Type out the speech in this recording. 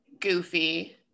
goofy